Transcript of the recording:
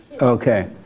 okay